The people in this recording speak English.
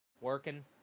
working